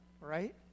right